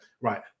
right